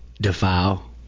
defile